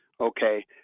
okay